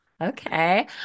Okay